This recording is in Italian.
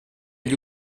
gli